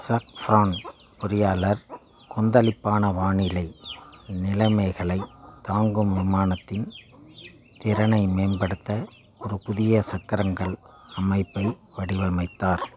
சஃப்ரான் பொறியாளர் கொந்தளிப்பான வானிலை நிலைமைகளைத் தாங்கும் விமானத்தின் திறனை மேம்படுத்த ஒரு புதிய சக்கரங்கள் அமைப்பை வடிவமைத்தார்